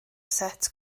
set